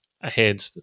ahead